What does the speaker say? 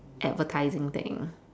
advertising thing